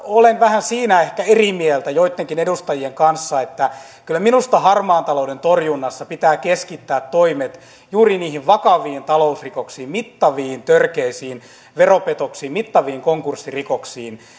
olen siinä ehkä vähän eri mieltä joittenkin edustajien kanssa että kyllä minusta harmaan talouden torjunnassa pitää keskittää toimet juuri niihin vakaviin talousrikoksiin mittaviin törkeisiin veropetoksiin mittaviin konkurssirikoksiin